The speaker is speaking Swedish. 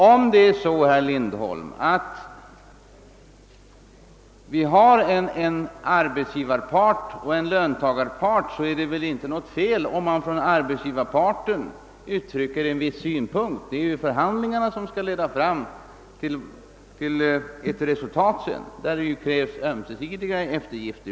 Om det är så, herr Lindholm, att det finns en arbetsgivarpart och en löntagarpart, är det väl inte något fel om arbetsgivarparten uttrycker en viss synpunkt — det är ju förbandlingarna som sedan skall leda fram till ett resultat där det krävs ömsesidiga eftergifter.